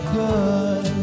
good